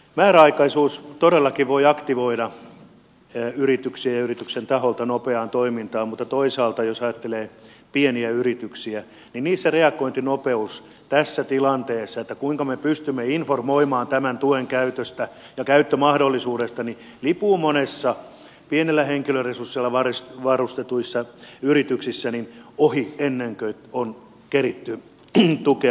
määräaikaisuus todellakin voi aktivoida yrityksiä ja yrityksen taholta nopeaan toimintaan mutta toisaalta jos ajattelee pieniä yrityksiä niin niissä reagointinopeus tässä tilanteessa kuinka me pystymme informoimaan tämän tuen käytöstä ja käyttömahdollisuudesta lipuu monissa pienillä henkilöresursseilla varustetuissa yrityksissä ohi ennen kuin on keritty tukea hyödyntämään